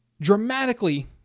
dramatically